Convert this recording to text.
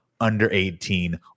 under-18